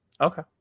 Okay